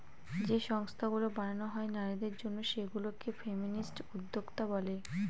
যে সংস্থাগুলো বানানো হয় নারীদের জন্য সেগুলা কে ফেমিনিস্ট উদ্যোক্তা বলে